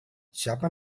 siapa